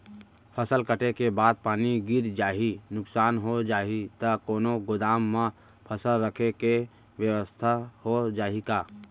फसल कटे के बाद पानी गिर जाही, नुकसान हो जाही त कोनो गोदाम म फसल रखे के बेवस्था हो जाही का?